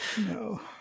no